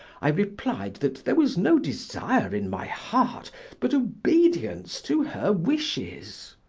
i replied that there was no desire in my heart but obedience to her wishes.